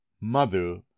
mother